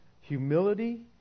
humility